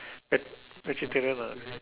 veg~ vegetarian ah